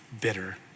bitter